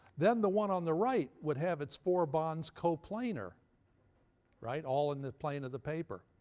then the one on the right would have its four bonds coplanar right? all in the plane of the paper.